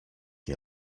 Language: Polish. nie